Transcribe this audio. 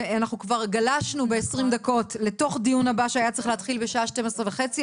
וכבר גלשנו ב-20 דקות לדיון הבא שהיה צריך להתחיל בשעה 12:30,